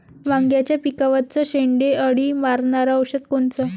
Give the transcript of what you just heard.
वांग्याच्या पिकावरचं शेंडे अळी मारनारं औषध कोनचं?